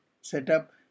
setup